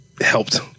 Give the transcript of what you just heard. Helped